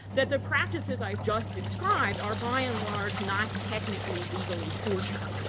that the practices i've just described are by and large not technically, legally torture.